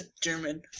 German